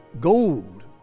gold